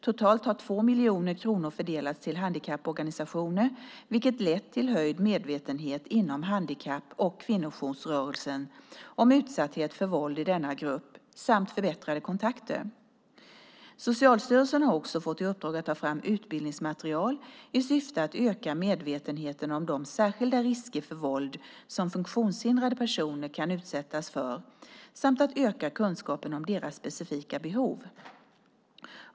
Totalt har 2 miljoner kronor fördelats till handikapporganisationer vilket lett till höjd medvetenhet inom handikapp och kvinnojoursrörelsen om utsatthet för våld i denna grupp samt förbättrade kontakter. Socialstyrelsen har också fått i uppdrag att ta fram utbildningsmaterial i syfte att öka medvetenheten om de särskilda risker för våld som funktionshindrade personer kan utsättas för samt att öka kunskapen om deras specifika behov.